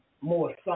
more